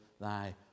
thy